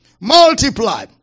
Multiply